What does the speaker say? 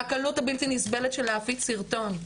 והקלות הבלתי נסבלת של להפיץ סרטון.